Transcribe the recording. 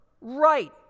right